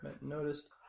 Noticed